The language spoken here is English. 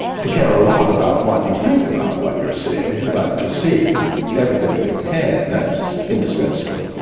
to care a lot about what you think about what you're seeing, but to see everything you can that's indispensable.